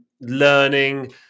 Learning